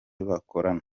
bakorana